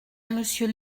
monsieur